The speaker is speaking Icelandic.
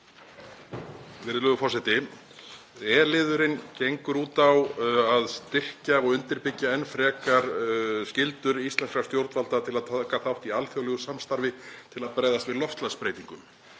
forseti. E-liðurinn gengur út á að styrkja og undirbyggja enn frekar skyldur íslenskra stjórnvalda til að taka þátt í alþjóðlegu samstarfi til að bregðast við loftslagsbreytingum.